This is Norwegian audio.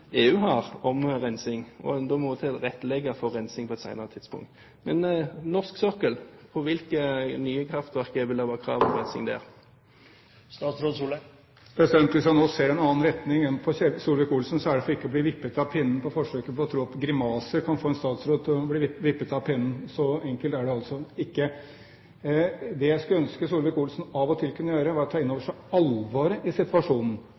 EU har om rensing, og da må en tilrettelegge for rensing på et senere tidspunkt. Men norsk sokkel – på hvilke nye kraftverk vil det være krav om rensing der? Hvis jeg nå ser i en annen retning enn på Ketil Solvik-Olsen, er det for ikke å bli vippet av pinnen av forsøket på å tro at grimaser kan få en statsråd til å bli vippet av pinnen. Så enkelt er det altså ikke. Det jeg skulle ønske Solvik-Olsen av og til kunne gjøre, var å ta inn over seg alvoret i situasjonen.